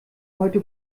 heute